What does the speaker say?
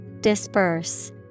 Disperse